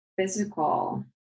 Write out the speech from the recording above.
physical